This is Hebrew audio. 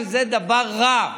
שזה דבר רע,